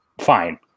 Fine